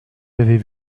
j’avais